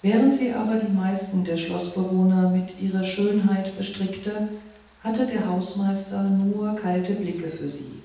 während sie aber die meisten der schloßbewohner mit ihrer schönheit bestrickte hatte der hausmeister nur kalte blicke für sie